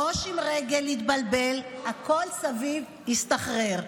ראש עם רגל יתבלבל, הכול סביב יסתחרר.